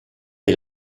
est